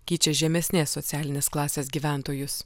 keičia žemesnės socialinės klasės gyventojus